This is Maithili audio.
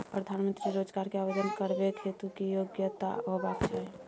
प्रधानमंत्री रोजगार के आवेदन करबैक हेतु की योग्यता होबाक चाही?